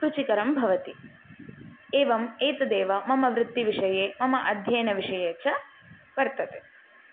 रुचिकरं भवति एवम् एतदेव मम वृत्तिविषये मम अध्ययनविषये च वर्तते